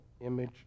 image